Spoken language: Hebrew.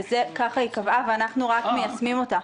כך היא קבעה ואנחנו רק מיישמים אותה.